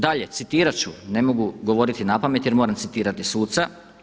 Dalje, citirati ću, ne mogu govoriti napamet jer moram citirati suca.